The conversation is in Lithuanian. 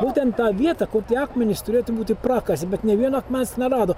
būtent tą vietą kur tie akmenys turėtų būti prakasė bet nei vieno akmens nerado